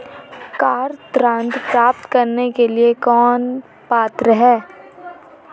Car ऋण प्राप्त करने के लिए कौन पात्र है?